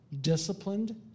disciplined